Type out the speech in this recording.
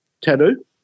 Tattoo